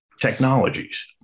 technologies